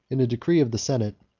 in a decree of the senate,